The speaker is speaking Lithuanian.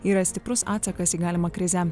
yra stiprus atsakas į galimą krizę